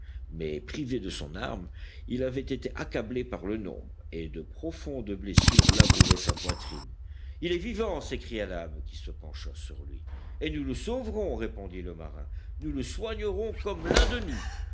mais privé de son arme il avait été accablé par le nombre et de profondes blessures labouraient sa poitrine il est vivant s'écria nab qui se pencha sur lui et nous le sauverons répondit le marin nous le soignerons comme l'un de nous